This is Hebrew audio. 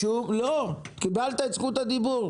קיבלת את זכות הדיבור.